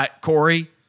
Corey